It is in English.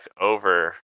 over